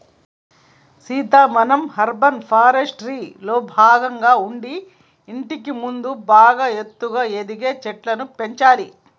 సీత మనం అర్బన్ ఫారెస్ట్రీలో భాగంగా ఉండి ఇంటికి ముందు బాగా ఎత్తుగా ఎదిగే చెట్లను పెంచాలి